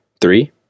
three